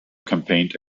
campaigned